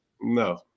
No